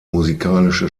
musikalische